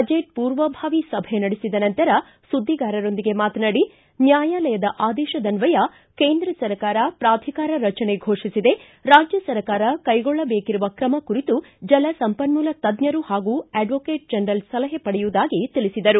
budget ಮೂರ್ವಭಾವಿ ಸಭೆ ನಡೆಸಿದ ನಂತರ ಸುದ್ದಿಗಾರರೊಂದಿಗೆ ಮಾತನಾಡಿ ನ್ಯಾಯಾಲಯದ ಆದೇಶದನ್ವಯ ಕೇಂದ್ರ ಸರ್ಕಾರ ಪಾಧಿಕಾರ ರಚನೆ ಫೋಷಿಸಿದೆ ರಾಜ್ಯ ಸರ್ಕಾರ ಕೈಗೊಳ್ಳಬೇಕಿರುವ ಕ್ರಮ ಕುರಿತು ಜಲಸಂಪನ್ನೂಲ ತಜ್ಜರು ಹಾಗೂ ಅಡ್ನೋಕೇಟ್ ಜನರಲ್ ಸಲಹೆ ಪಡೆಯುವುದಾಗಿ ತಿಳಿಸಿದರು